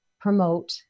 promote